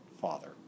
Father